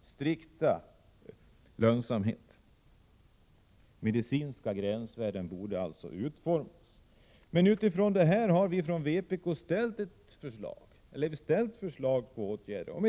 strikt lönsamhet. Medicinska gränsvärden borde alltså sättas upp. Utifrån detta har vi från vpk väckt förslag till ett samlat åtgärdsprogram.